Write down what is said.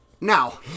Now